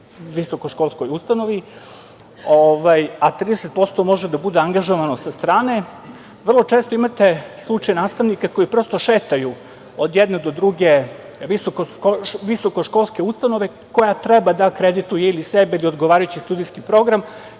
visokoškolskoj ustanovi, a 30 % može da bude angažovano sa strane, vrlo često imate slučaj nastavnika koji prosto šetaju od jedne do druge visokoškolske ustanove koja treba da akredituje ili sebe ili odgovarajući studijski program